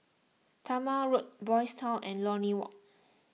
Talma Road Boys' Town and Lornie Walk